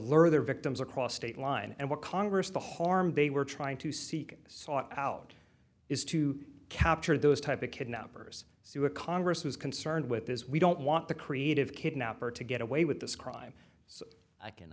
lure their victims across state line and what congress the harm they were trying to seek out is to capture those type of kidnappers see where congress was concerned with this we don't want the creative kidnapper to get away with this crime so i can